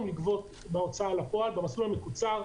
לגבות בהוצאה לפועל במסלול המקוצר,